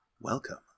Welcome